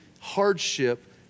hardship